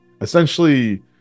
essentially